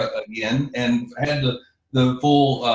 again, and and ah the full,